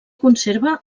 conserva